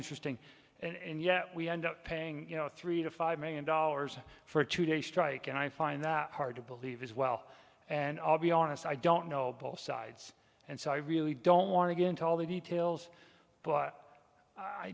interesting and yet we end up paying you know three to five million dollars for a two day strike and i find that hard to believe as well and i'll be honest i don't know both sides and so i really don't want to get into all the details but i